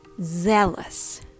Zealous